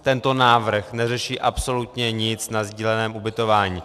Tento návrh neřeší absolutně nic na sdíleném ubytování.